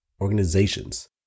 organizations